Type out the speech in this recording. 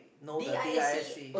know the D I S E